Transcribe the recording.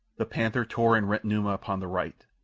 the panther tore and rent numa upon the right,